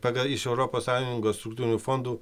pagal iš europos sąjungos struktūrinių fondų